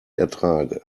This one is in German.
ertrage